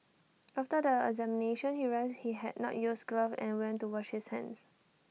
after the examination he realised he had not used gloves and went to wash his hands